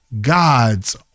God's